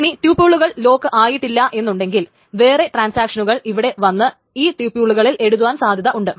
ഇനി ട്യൂപൂളുകൾ ലോക്ക് ആയിട്ടില്ലാ എന്നുണ്ടെങ്കിൽ വേറെ ട്രാൻസാക്ഷനുകൾ ഇവിടെ വന്ന് ഈ ട്യൂപൂളുകളിൽ എഴുതുവാൻ സാധ്യത ഉണ്ട്